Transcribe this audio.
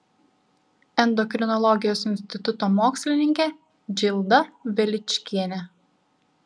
endokrinologijos instituto mokslininkė džilda veličkienė